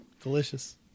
delicious